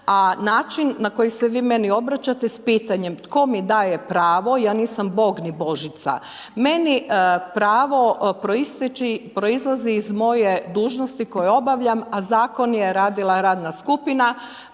A način na koji se vi meni obraćate s pitanjem tko mi daje pravo, ja nisam ni Bog, ni Božica. Meni pravo proizlazi iz moje dužnosti koju obavljam, a Zakon je radila radna skupina,